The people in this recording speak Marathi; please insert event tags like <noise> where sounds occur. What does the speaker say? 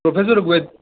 प्रोफेसर <unintelligible>